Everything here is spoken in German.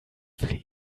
will